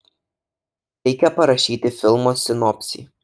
reikia parašyti filmo sinopsį